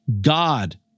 God